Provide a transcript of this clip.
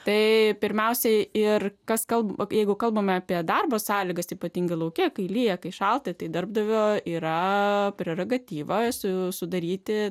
tai pirmiausiai ir kas kalba apie jeigu kalbame apie darbo sąlygas ypatingai lauke kai lyja kai šalta tai darbdavio yra prerogatyva sudaryti